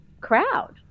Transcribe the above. crowd